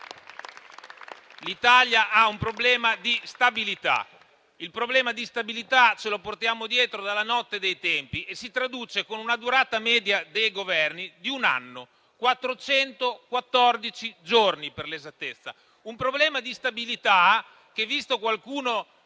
L'Italia ha un problema di stabilità che ci portiamo dietro dalla notte dei tempi e che si traduce con una durata media dei Governi di un anno: 414 giorni per l'esattezza. Tale problema di stabilità, visto che qualcuno